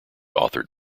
authored